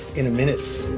in a minute.